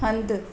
हंधु